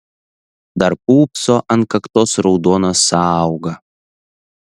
dar pūpso ant kaktos raudona sąauga